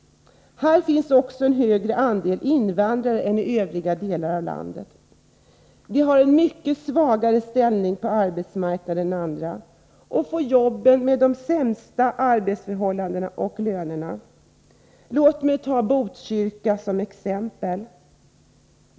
Här finns också en större andel invandrare än i övriga delar av landet. De har en mycket svagare ställning på arbetsmarknaden än andra och får jobben med de sämsta arbetsförhållandena och lönerna. Låt mig ta Botkyrka som exempel.